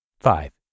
Five